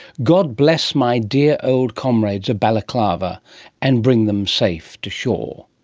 god bless my dear old comrades of balaclava and bring them safe to shore.